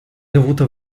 dovuto